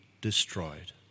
Destroyed